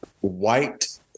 White